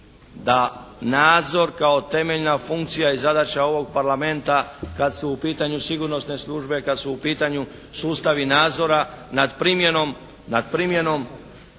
da nadzor kao temeljna funkcija i zadaća ovog Parlamenta kad su u pitanju sigurnosne službe, kad su u pitanju sustavi nadzora nad primjenom